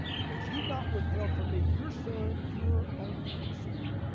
because you've not withheld from me your son, your only son.